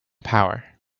power